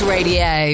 Radio